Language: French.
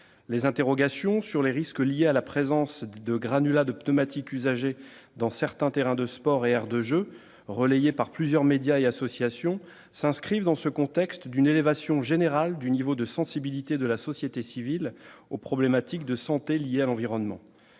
Les interrogations sur les risques liés à la présence de granulats de pneumatiques usagés dans certains terrains de sport et aires de jeu, relayées par plusieurs médias et associations, s'inscrivent dans ce contexte d'une élévation générale du niveau de sensibilité de la société civile aux problématiques de santé liées à l'environnement.